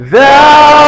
Thou